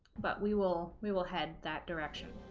but we will we will head that direction